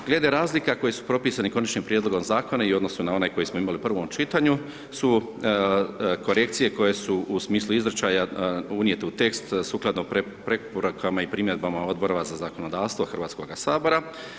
Glede razlika koje su propisane konačnim prijedlogom zakona i odnosu na onaj koji smo imali u prvom čitanju su korekcije koje su u smislu izričaja unijete u tekst sukladno preporukama i primjedbama Odbora za zakonodavstvo HS-a.